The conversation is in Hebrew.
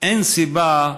אין סיבה.